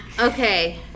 Okay